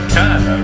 time